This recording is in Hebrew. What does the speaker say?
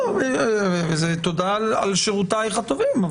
תודה על שירותיך הטובים.